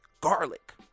garlic